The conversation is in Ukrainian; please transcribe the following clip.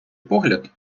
погляд